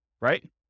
right